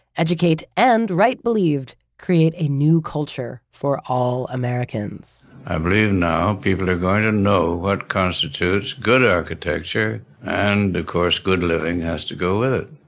educate and, wright believed, create a new culture for all americans i believe now, people are going to know what constitutes good architecture and of course good living has to go with it.